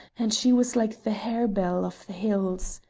and she was like the harebell of the hills.